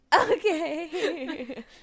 Okay